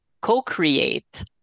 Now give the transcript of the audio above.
co-create